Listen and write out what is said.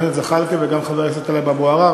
הכנסת זחאלקה וגם חבר הכנסת טלב אבו עראר.